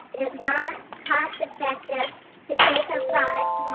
is not cost effective to take our product